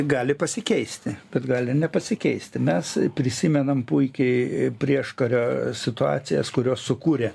gali pasikeisti bet gali ir nepasikeisti mes prisimenam puikiai prieškario situacijas kurios sukūrė